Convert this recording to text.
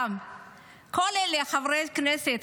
כולם, כל אלה, חברי הכנסת.